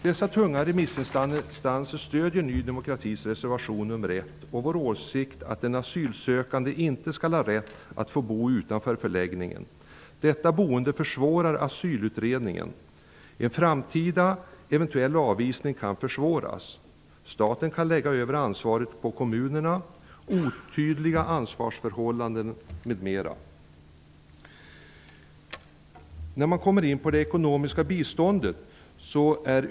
De tunga remissinstanserna stöder Ny demokratis reservation nr 1 och vår åsikt att den asylsökande inte skall ha rätt att bo utanför förläggningen. Detta boende försvårar asylutredningen. En framtida eventuell avvisning kan försvåras. Staten kan lägga över ansvaret på kommunerna, vilket innebär otydliga ansvarsförhållanden, m.m. Jag kommer så in på frågan om det ekonomiska biståndet.